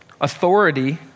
authority